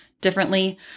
differently